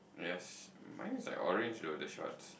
yes mine is like orange to all the shorts